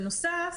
בנוסף,